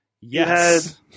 Yes